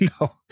no